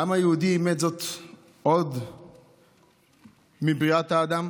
העם היהודי אימץ זאת עוד מבריאת האדם,